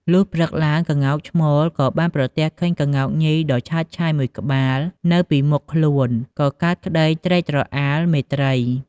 លុះព្រឹកឡើងក្ងោកឈ្មោលក៏បានប្រទះឃើញក្ងោកញីដ៏ឆើតឆាយមួយក្បាលនៅពីមុខខ្លួនក៏កើតក្ដីត្រេកត្រអាលមេត្រី។